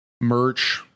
merch